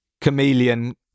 Chameleon